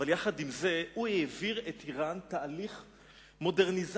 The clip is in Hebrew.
ועם זאת הוא העביר את אירן תהליך מודרניזציה,